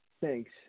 Thanks